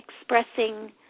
expressing